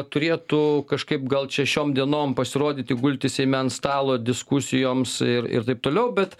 turėtų kažkaip gal čia šiom dienom pasirodyti gulti seime ant stalo diskusijoms ir ir taip toliau bet